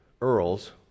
Earls